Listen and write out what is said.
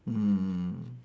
mm mm